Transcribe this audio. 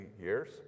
years